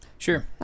Sure